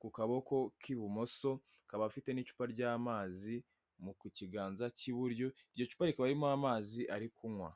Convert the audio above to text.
ku kaboko k'ibumoso, akaba afite n'icupa ry'amazi ku kiganza cy'iburyo yitwaje, iryo cupa rikaba ririmo amazi ari kunywa.